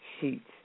sheets